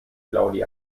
claudia